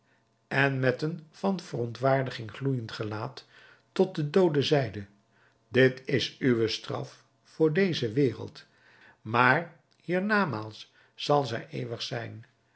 en met een van verontwaardiging gloeijend gelaat tot den doode zeide dit is uwe straf voor deze wereld maar hier namaals zal zij eeuwig zijn